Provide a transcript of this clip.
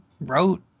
wrote